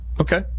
Okay